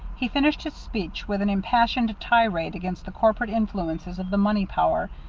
he finished his speech with an impassioned tirade against the corrupt influences of the money power,